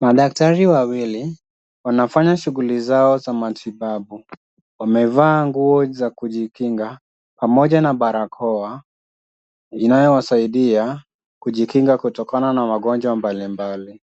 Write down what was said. Madaktari wawili wanafanya shughuli zao za matibabu. Wamevaa nguo za kujikinga pamoja na barakoa zinazowasaidia kujikinga kutokana na magonjwa mbali mbali.